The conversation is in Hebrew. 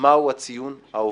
מהו הציון העובר,